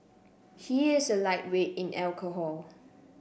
he is a lightweight in alcohol